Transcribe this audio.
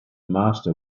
master